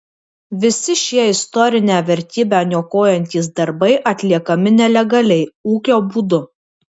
visi šie istorinę vertybę niokojantys darbai atliekami nelegaliai ūkio būdu